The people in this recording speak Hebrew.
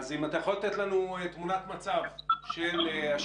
אז אם אתה יכול לתת לנו תמונת מצב של השימוש